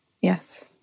Yes